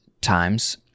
times